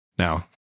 Now